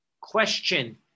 question